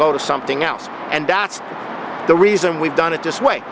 kowtow to something else and that's the reason we've done it this way